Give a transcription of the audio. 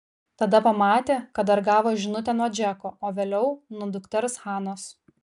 tada pamatė kad dar gavo žinutę nuo džeko o vėliau nuo dukters hanos